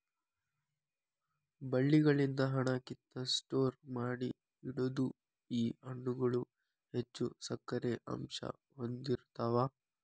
ಬಳ್ಳಿಗಳಿಂದ ಹಣ್ಣ ಕಿತ್ತ ಸ್ಟೋರ ಮಾಡಿ ಇಡುದು ಈ ಹಣ್ಣುಗಳು ಹೆಚ್ಚು ಸಕ್ಕರೆ ಅಂಶಾ ಹೊಂದಿರತಾವ